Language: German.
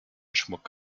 schmuck